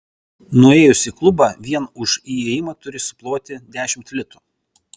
nuėjus į klubą vien už įėjimą turi suploti dešimt litų